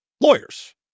lawyers